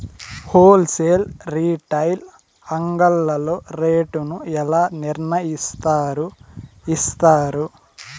Whole sale retail అంగడ్లలో rate ను ఎలా నిర్ణయిస్తారు యిస్తారు?